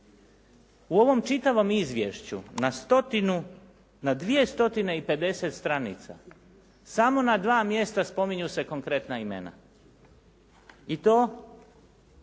U ovom čitavom izvješću na stotinu, na 250 stranica samo na 2 mjesta spominju se konkretna imena i to